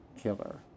killer